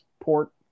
port